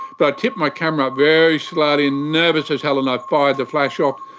but i tipped my camera very slowly, nervous as hell and i fired the flash off.